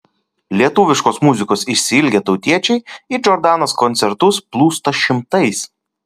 lietuviškos muzikos išsiilgę tautiečiai į džordanos koncertus plūsta šimtais